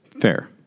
Fair